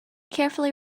carefully